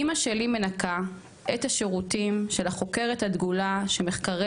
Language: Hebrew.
אמא שלי מנקה / את השירותים / של החוקרת הדגולה / שמחקריה